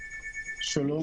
קודם כל,